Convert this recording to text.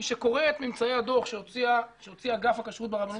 מי שקורא את ממצאי הדוח שהוציא אגף הכשרות ברבנות